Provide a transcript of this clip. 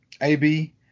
AB